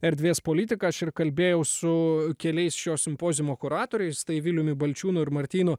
erdvės politika aš ir kalbėjau su keliais šio simpoziumo kuratoriais tai viliumi balčiūnu ir martynu